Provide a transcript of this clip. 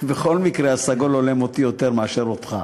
בכל מקרה, הסגול הולם אותי יותר מאשר אותך.